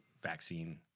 vaccine